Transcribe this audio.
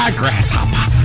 grasshopper